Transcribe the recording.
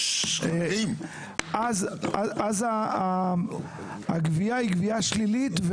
אז הגבייה היא גבייה שלילית,